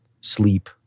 sleep